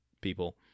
people